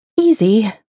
Easy